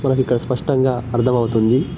మనకిక స్పష్టంగా అర్థమవుతుంది